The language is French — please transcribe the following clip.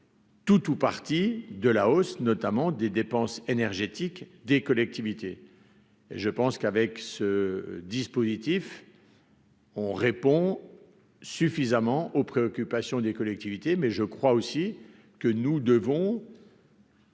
Tout ou partie de la hausse, notamment des dépenses énergétiques des collectivités et je pense qu'avec ce dispositif. On répond suffisamment aux préoccupations des collectivités mais je crois aussi que nous devons.